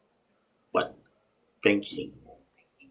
one banking